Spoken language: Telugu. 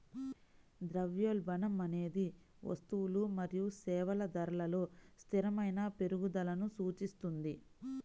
ద్రవ్యోల్బణం అనేది వస్తువులు మరియు సేవల ధరలలో స్థిరమైన పెరుగుదలను సూచిస్తుంది